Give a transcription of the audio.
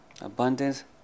Abundance